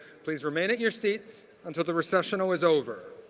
please remain at your seats until the recessional is over.